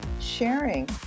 sharing